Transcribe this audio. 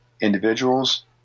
individuals